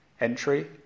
entry